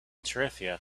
tarifa